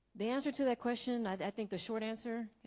the answer to that question i think the short answer